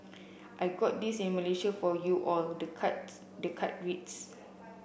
I got this in Malaysia for you all the cards the card reads